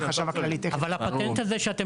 החשב הכלל תיכף --- אבל הפטנט הזה שאתם